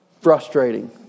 frustrating